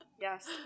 Yes